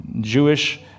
Jewish